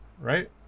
right